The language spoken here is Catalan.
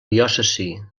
diòcesi